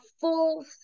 full